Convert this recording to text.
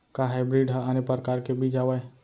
का हाइब्रिड हा आने परकार के बीज आवय?